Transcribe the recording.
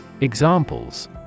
Examples